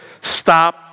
Stop